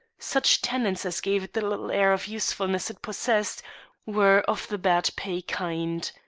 such tenants as gave it the little air of usefulness it possessed were of the bad-pay kind.